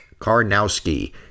karnowski